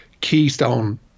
keystone